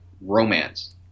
romance